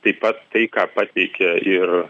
taip pat tai ką pateikė ir